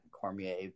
Cormier